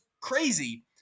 crazy